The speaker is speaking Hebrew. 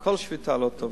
כל שביתה היא לא טובה.